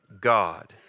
God